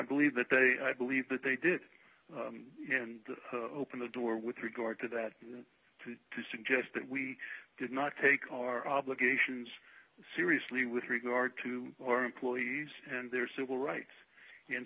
believe that i believe that they did and open the door with regard to that to suggest that we did not take our obligations seriously with regard to our employees and their civil rights and